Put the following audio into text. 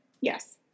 Yes